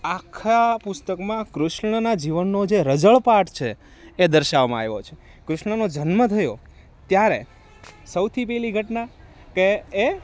આખા પુસ્તકમાં કૃષ્ણના જીવનનો જે રઝળપાટ છે એ દર્શાવવામાં આવ્યો છે કૃષ્ણનો જન્મ થયો ત્યારે સૌથી પહેલી ઘટના કે એ